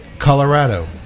Colorado